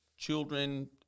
Children